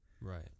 Right